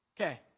Okay